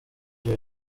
ibyo